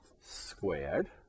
squared